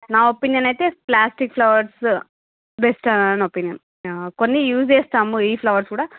నా ఒపీనియన్ అయితే plastic flowers best నా ఒపీనియన్ కొన్ని యూజ్ చేస్తాము ఈ ఫ్లవర్స్ కూడా